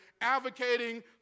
advocating